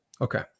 Okay